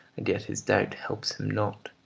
and yet his doubt helps him not,